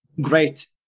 great